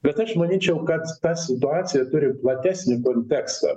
bet aš manyčiau kad ta situacija turi platesnį kontekstą